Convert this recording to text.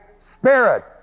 spirit